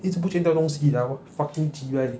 一直不见掉东西然后 fucking cheebye